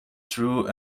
through